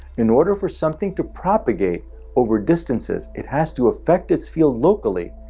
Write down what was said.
in order for something to propagate over distances, it has to affect its field locally,